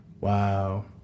Wow